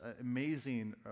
amazing